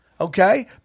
Okay